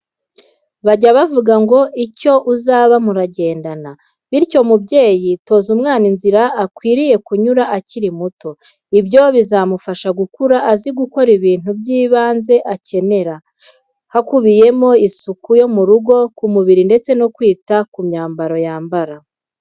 Bajya bavuga ngo icyo uzaba muragendana! Bityo mubyeyi, toza umwana inzira akwiriye kunyuramo akiri muto. Ibyo bizamufasha gukura azi gukora ibintu by'ibanze akenera hakubiyemo isuku yo mu rugo, ku mubiri ndetse no kwita ku myambaro yambara.